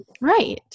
Right